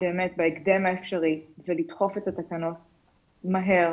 בהקדם האפשרי, ולדחוף את התקנות מהר.